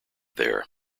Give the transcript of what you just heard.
there